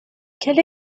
quelle